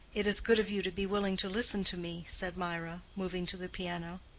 it is good of you to be willing to listen to me, said mirah, moving to the piano.